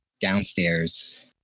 downstairs